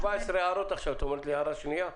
להפחית.